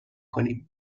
کنیم